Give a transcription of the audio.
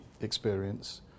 experience